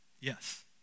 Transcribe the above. yes